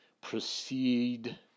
proceed